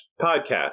podcast